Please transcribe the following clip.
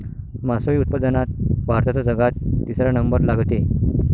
मासोळी उत्पादनात भारताचा जगात तिसरा नंबर लागते